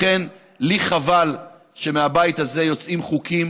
לכן, לי חבל שמהבית הזה יוצאים חוקים